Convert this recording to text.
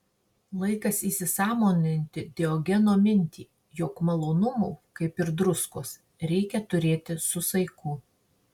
laikas įsisąmoninti diogeno mintį jog malonumų kaip ir druskos reikia turėti su saiku